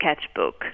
sketchbook